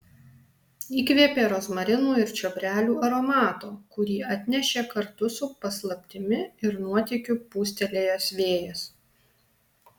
įkvėpė rozmarinų ir čiobrelių aromato kurį atnešė kartu su paslaptimi ir nuotykiu pūstelėjęs vėjas